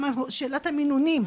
שאלת המינונים,